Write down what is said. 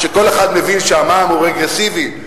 כל אחד מבין שהמע"מ הוא רגרסיבי.